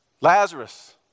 Lazarus